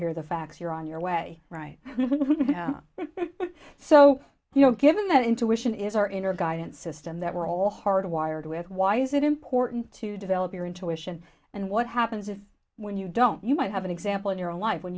facts you're on your way right now so you know given that intuition is our inner guidance system that we're all hardwired with why is it important to develop your intuition and what happens if when you don't you might have an example in your own life when